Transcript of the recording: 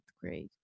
grade